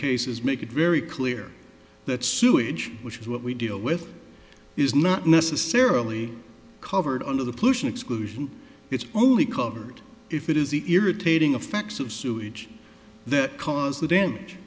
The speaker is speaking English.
cases make it very clear that sewage which is what we deal with is not necessarily covered under the pollution exclusion it's only covered if it is either a taping of facts of sewage that caused the damage